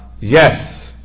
yes